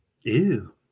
Ew